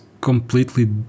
completely